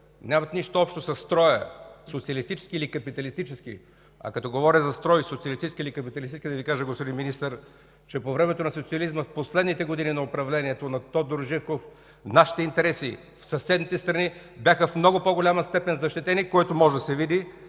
нямат нищо общо със строя – социалистически или капиталистически. А като говоря за строй – социалистически или капиталистически, да Ви кажа, господин Министър, че по времето на социализма, в последните години на управлението на Тодор Живков, нашите интереси в съседните страни бяха в много по-голяма степен защитени, което може да се види